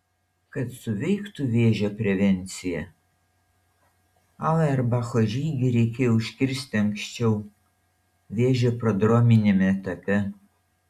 kad suveiktų vėžio prevencija auerbacho žygį reikėjo užkirsti anksčiau vėžio prodrominiame etape